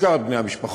בעיקר את בני המשפחות,